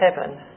heaven